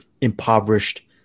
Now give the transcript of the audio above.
impoverished